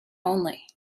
only